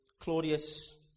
Claudius